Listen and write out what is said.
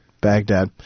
Baghdad